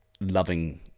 loving